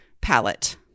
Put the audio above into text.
palette